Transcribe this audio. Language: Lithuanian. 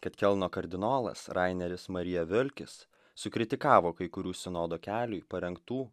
kad kelno kardinolas raineris marija viulkis sukritikavo kai kurių sinodo keliui parengtų